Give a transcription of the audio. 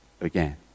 again